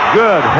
good